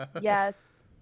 Yes